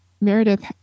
Meredith